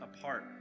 apart